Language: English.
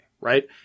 Right